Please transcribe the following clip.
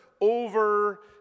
over